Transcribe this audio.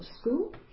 School